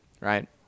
right